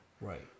Right